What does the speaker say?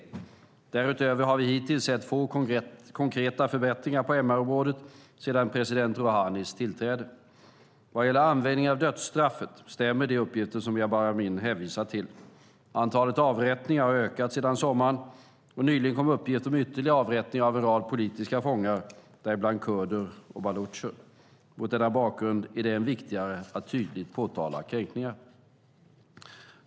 Därutöver har vi hittills sett få konkreta förbättringar på MR-området sedan president Rohanis tillträde. Vad gäller användningen av dödsstraffet stämmer de uppgifter som Jabar Amin hänvisar till. Antalet avrättningar har ökat sedan sommaren, och nyligen kom uppgifter om ytterligare avrättningar av en rad politiska fångar, däribland kurder och balucher. Mot denna bakgrund är det än viktigare att tydligt påtala kränkningar.